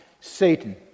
Satan